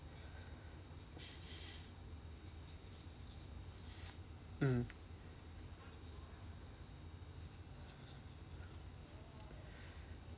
mm